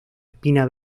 espina